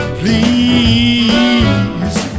please